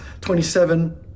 27